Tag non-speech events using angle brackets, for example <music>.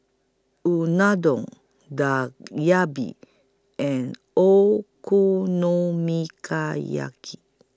Unadon Dak <unintelligible> and <unintelligible>